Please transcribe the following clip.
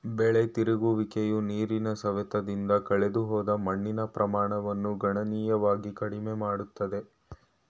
ಬೆಳೆ ತಿರುಗುವಿಕೆಯು ನೀರಿನ ಸವೆತದಿಂದ ಕಳೆದುಹೋದ ಮಣ್ಣಿನ ಪ್ರಮಾಣವನ್ನು ಗಣನೀಯವಾಗಿ ಕಡಿಮೆ ಮಾಡುತ್ತದೆ